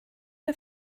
der